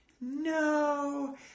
No